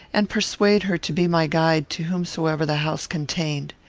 and persuade her to be my guide to whomsoever the house contained.